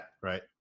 Right